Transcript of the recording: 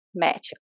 match